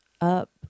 up